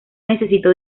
necesito